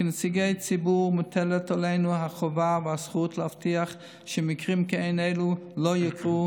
כנציגי ציבור מוטלת עלינו החובה והזכות להבטיח שמקרים כאלו לא יקרו,